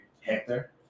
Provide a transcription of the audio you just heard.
Hector